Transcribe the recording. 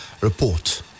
report